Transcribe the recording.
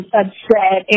upset